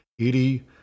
80